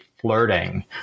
flirting